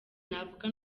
navuga